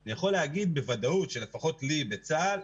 אני יכול לומר בוודאות שלפחות לי בצבא הגנה